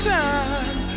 time